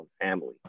family